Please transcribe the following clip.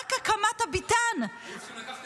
רק הקמת הביתן --- היו צריכים לקחת